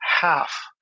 half